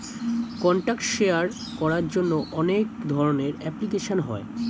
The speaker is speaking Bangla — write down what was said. কন্ট্যাক্ট শেয়ার করার জন্য অনেক ধরনের অ্যাপ্লিকেশন হয়